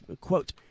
quote